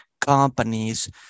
companies